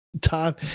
time